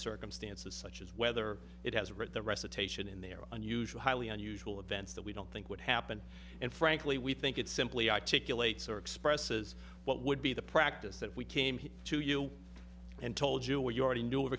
circumstances such as whether it has read the recitation in there unusual highly unusual events that we don't think would happen and frankly we think it simply articulate or expresses what would be the practice that we came to you and told you what you already knew of